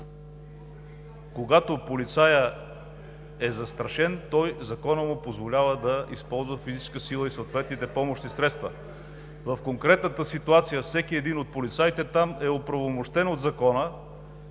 Когато полицаят е застрашен, законът му позволява да използва физическа сила и съответните помощни средства. В конкретната ситуация всеки един от полицаите там е оправомощен от закона